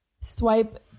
swipe